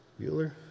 Bueller